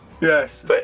Yes